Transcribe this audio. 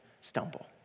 stumble